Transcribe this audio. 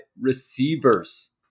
receivers